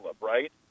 right